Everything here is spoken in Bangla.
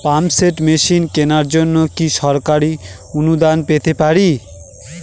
পাম্প সেট মেশিন কেনার জন্য কি সরকারি অনুদান পেতে পারি?